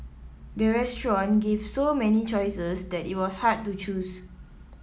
the restaurant gave so many choices that it was hard to choose